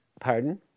Pardon